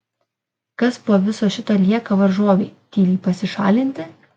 kas po viso šito lieka varžovei tyliai pasišalinti